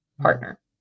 partner